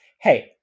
Hey